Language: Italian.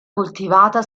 coltivata